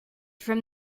from